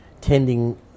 tending